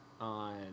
on